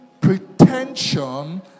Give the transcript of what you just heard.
pretension